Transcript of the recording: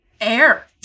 air